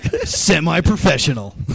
Semi-professional